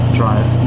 drive